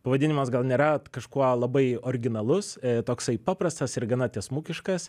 pavadinimas gal nėra kažkuo labai originalus toksai paprastas ir gana tiesmukiškas